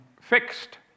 fixed